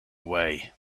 away